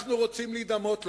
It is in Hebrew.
שאנחנו רוצים להידמות להן.